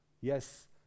Yes